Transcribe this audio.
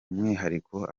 byumwihariko